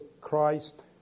Christ